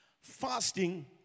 Fasting